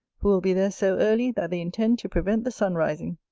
who will be there so early, that they intend to prevent the sunrising.